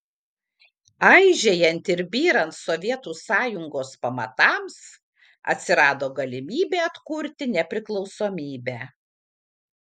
aižėjant ir byrant sovietų sąjungos pamatams atsirado galimybė atkurti nepriklausomybę